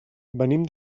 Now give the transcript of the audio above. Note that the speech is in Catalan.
venim